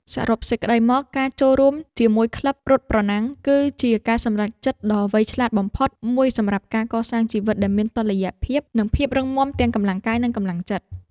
សរុបសេចក្ដីមក ការចូលរួមជាមួយក្លឹបរត់ប្រណាំង គឺជាការសម្រេចចិត្តដ៏វៃឆ្លាតបំផុតមួយសម្រាប់ការកសាងជីវិតដែលមានតុល្យភាព និងភាពរឹងមាំទាំងកម្លាំងកាយនិងកម្លាំងចិត្ត។